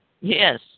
Yes